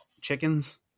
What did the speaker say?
chickens